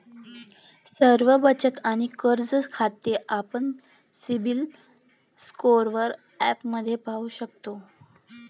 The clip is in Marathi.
सर्व बचत आणि कर्ज खाती आपण सिबिल स्कोअर ॲपमध्ये पाहू शकतो